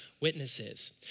witnesses